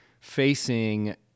facing